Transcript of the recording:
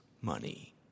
money